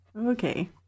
Okay